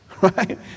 Right